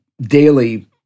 daily